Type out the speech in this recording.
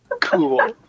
Cool